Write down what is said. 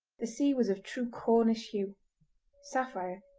the sea was of true cornish hue sapphire,